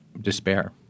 despair